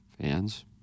Fans